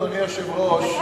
אדוני היושב-ראש,